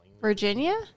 Virginia